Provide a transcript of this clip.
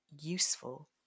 useful